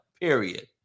period